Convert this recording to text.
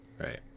right